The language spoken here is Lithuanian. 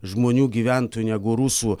žmonių gyventojų negu rusų